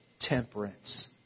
Temperance